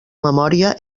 memòria